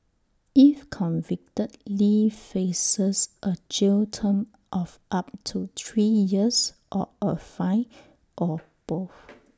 if convicted lee faces A jail term of up to three years or A fine or both